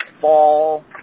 fall